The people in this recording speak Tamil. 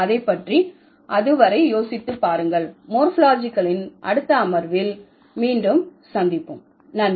அதை பற்றி அதுவரை யோசித்து பாருங்கள் மோர்பாலஜிகல் இன் அடுத்த அமர்வில் மீண்டும் சந்திப்போம் நன்றி